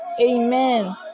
Amen